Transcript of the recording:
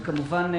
וכמובן,